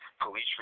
Police